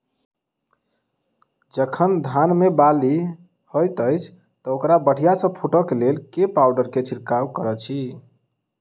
जखन धान मे बाली हएत अछि तऽ ओकरा बढ़िया सँ फूटै केँ लेल केँ पावडर केँ छिरकाव करऽ छी?